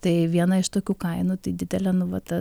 tai viena iš tokių kainų tai didelė nu va ta